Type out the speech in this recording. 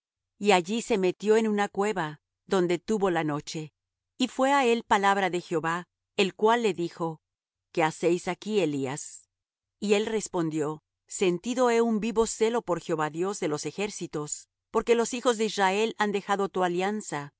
y allí se metió en una cueva donde tuvo la noche y fué á él palabra de jehová el cual le dijo qué haces aquí elías y él respondió sentido he un vivo celo por jehová dios de los ejércitos porque los hijos de israel han dejado tu alianza